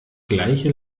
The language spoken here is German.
gleiche